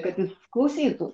kad jis klausytų